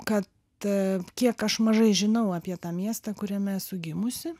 kad kiek aš mažai žinau apie tą miestą kuriame esu gimusi